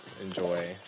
enjoy